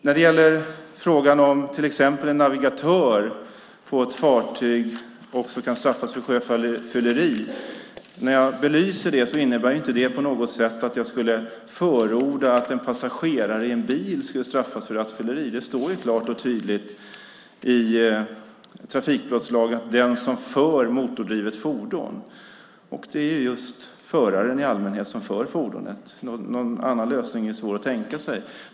När jag belyser frågan om till exempel en navigatör på ett fartyg också kan straffas för sjöfylleri innebär det inte på något sätt att jag skulle förorda att en passagerare i en bil skulle straffas för rattfylleri. Det står klart och tydligt i trafikbrottslagen att det handlar om den som för motordrivet fordon, och det är just föraren i allmänhet som för fordonet. Någon annan lösning är svår att tänka sig.